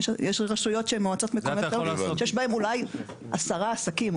יש רשויות שהן מועצות מקומיות שיש בהן אולי 10 עסקים,